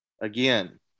Again